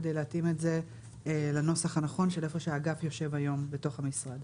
כדי להתאים את זה לנוסח הנכון של איפה שהאגף יושב היום בתוך המשרד.